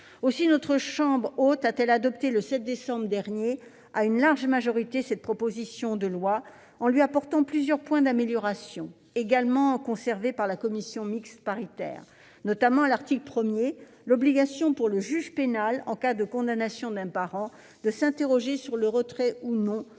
Aussi notre assemblée a-t-elle adopté le 7 décembre dernier à une large majorité cette proposition de loi en lui apportant plusieurs améliorations, également conservées par la commission mixte paritaire. Je pense notamment à l'obligation, à l'article 1, pour le juge pénal, en cas de condamnation d'un parent, de s'interroger sur le retrait ou non